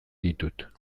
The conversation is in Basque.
ditut